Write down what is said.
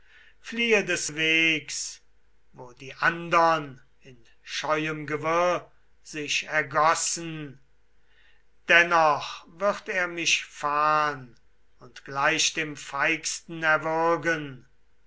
fliehe des wegs wo die andern in scheuem gewirr sich ergossen dennoch wird er mich fahn und gleich dem feigsten erwürgen